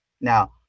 Now